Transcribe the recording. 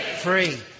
Free